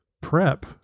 prep